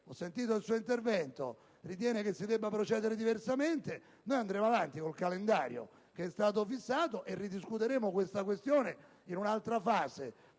ho ascoltato l'intervento, ritiene che si debba procedere diversamente, andremo avanti con il calendario che è stato fissato e ridiscuteremo la questione in un'altra fase